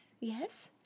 yes